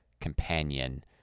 companion